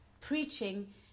preaching